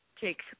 take